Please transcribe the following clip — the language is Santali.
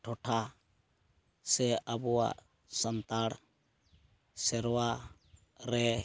ᱴᱚᱴᱷᱟ ᱥᱮ ᱟᱵᱚᱣᱟᱜ ᱥᱟᱱᱛᱟᱲ ᱥᱮᱨᱣᱟ ᱨᱮ